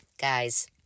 guys